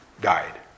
died